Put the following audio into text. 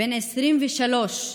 בן 23,